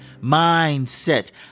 Mindset